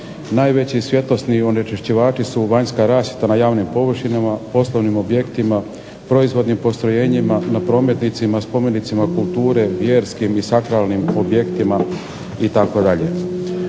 Najveći svjetlosni onečišćivači su vanjska rasvjeta na javnim površinama, poslovnim objektima, proizvodnim postrojenjima na prometnicama, spomenicima kulture, vjerskim i sakralnim objektima itd.